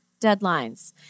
deadlines